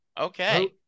Okay